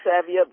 savvy